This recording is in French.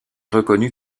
reconnue